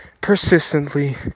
persistently